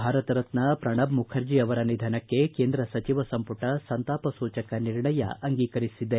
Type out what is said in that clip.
ಭಾರತರತ್ನ ಪ್ರಣಬ್ ಮುಖರ್ಜಿ ಅವರ ನಿಧನಕ್ಕೆ ಕೇಂದ್ರ ಸಚಿವ ಸಂಪುಟ ಸಂತಾಪ ಸೂಚಕ ನಿರ್ಣಯ ಅಂಗೀಕರಿಸಿದೆ